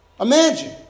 Imagine